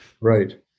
right